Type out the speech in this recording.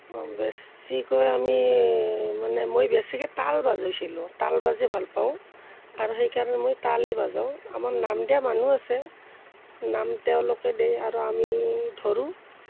বেছিকৈ আমি মানে মই বেছিকৈ তাল বজাইছিলোঁ তাল বজাই ভাল পাওঁ আৰু সেইকাৰণে মই তালেই বজাওঁ আমাৰ নাম দিয়া মানুহ আছে নাম তেওঁলোকে দিয়ে আৰু আমি ধৰোঁ